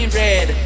red